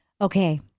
Okay